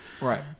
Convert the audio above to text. Right